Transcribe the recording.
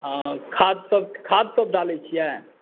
हंँ खादसभ डालैत छियै